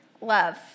love